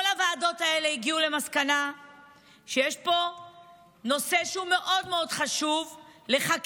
כל הוועדות האלה הגיעו למסקנה שיש פה נושא שהוא מאוד מאוד חשוב לחקירה,